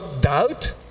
doubt